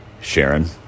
Sharon